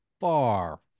Far